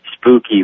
spooky